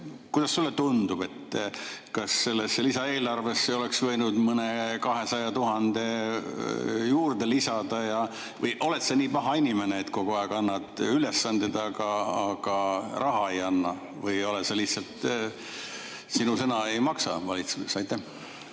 Kuidas sulle tundub, kas sellesse lisaeelarvesse oleks võinud mõne 200 000 juurde lisada, või oled sa nii paha inimene, et kogu aeg annad ülesandeid juurde, aga raha ei anna? Või lihtsalt sinu sõna ei maksa valitsuses? Aitäh!